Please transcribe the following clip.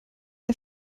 man